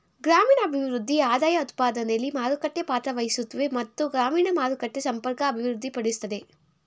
ಗ್ರಾಮೀಣಭಿವೃದ್ಧಿ ಆದಾಯಉತ್ಪಾದನೆಲಿ ಮಾರುಕಟ್ಟೆ ಪಾತ್ರವಹಿಸುತ್ವೆ ಮತ್ತು ಗ್ರಾಮೀಣ ಮಾರುಕಟ್ಟೆ ಸಂಪರ್ಕ ಅಭಿವೃದ್ಧಿಪಡಿಸ್ತದೆ